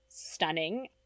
Stunning